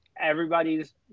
everybody's